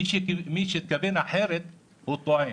מי שהתכוון אחרת טועה.